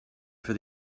for